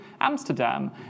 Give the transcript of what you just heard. Amsterdam